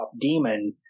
demon